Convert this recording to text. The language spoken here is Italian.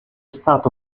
stato